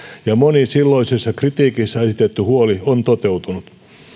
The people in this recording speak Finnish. ja moni silloisessa kritiikissä esitetty huoli on toteutunut